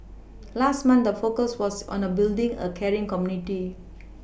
last month the focus was on building a caring community